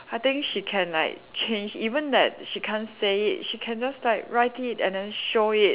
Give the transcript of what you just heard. I think she can like change even that she can't say it she can just like write it and then show it